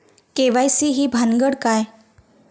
KYC ही भानगड काय?